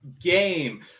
game